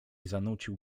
zanucił